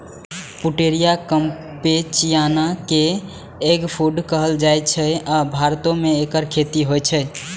Pouteria campechiana कें eggfruit कहल जाइ छै, आ भारतो मे एकर खेती होइ छै